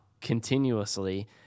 continuously